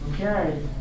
Okay